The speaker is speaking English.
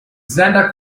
santa